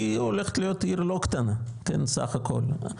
חריש הולכת להיות עיר לא קטנה בסך הכל.